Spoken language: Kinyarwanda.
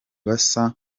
basaba